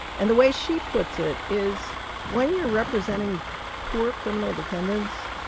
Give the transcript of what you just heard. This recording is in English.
and the way she puts it is when you're representing poor criminal defendants,